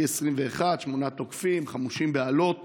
ב-15 באוקטובר 2021 שמונה תוקפים חמושים באלות